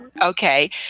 Okay